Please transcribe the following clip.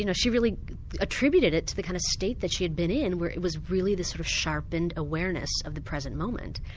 you know she really attributed it to the kind of state that she had been in, where it was really this sort of sharpened awareness of the present moment,